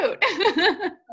cute